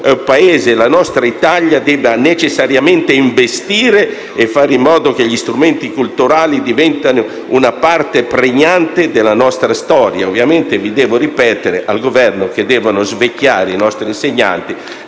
la nostra Italia, debba necessariamente investire e fare in modo che gli strumenti culturali diventino parte pregnante della nostra società. Ovviamente devo ripetere al Governo che è necessario "svecchiare" i nostri docenti,